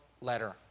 letter